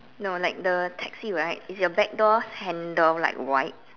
no like the taxi right is your back door handle like white